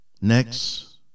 Next